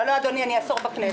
לא, אני עשור בכנסת.